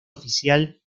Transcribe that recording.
oficial